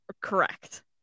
correct